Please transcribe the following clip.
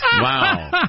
Wow